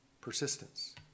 Persistence